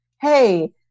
Hey